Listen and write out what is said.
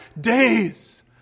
days